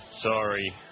sorry